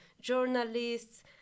journalists